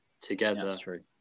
together